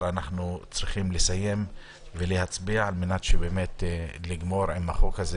אנחנו צריכים לסיים ולהצביע כדי לגמור עם החוק הזה